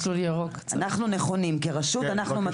אנחנו נכונים, כרשות אנחנו נכונים.